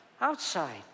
outside